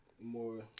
More